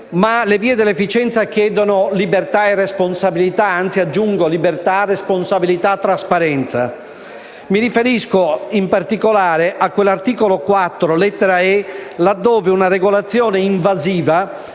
Le vie dell'efficienza chiedono libertà e responsabilità, anzi - aggiungo - libertà, responsabilità e trasparenza. Mi riferisco in particolare all'articolo 4, comma 1, lettera *e)*, laddove una regolazione invasiva,